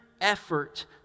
effort